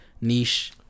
niche